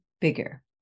bigger